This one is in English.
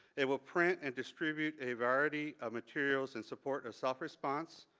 it will print and distribute a variety of materials and support a self response,